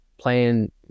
playing